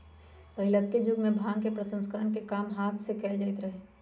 पहिलुक जुगमें भांग प्रसंस्करण के काम हात से कएल जाइत रहै